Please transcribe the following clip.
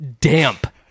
damp